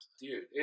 dude